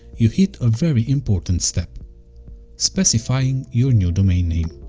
you hit a very important step specifying your new domain name.